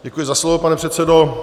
Děkuji za slovo, pane předsedo.